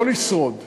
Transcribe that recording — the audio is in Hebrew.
לא לשרוד,